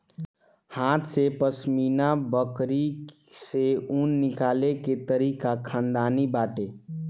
हाथे से पश्मीना बकरी से ऊन निकले के तरीका खानदानी बाटे